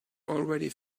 already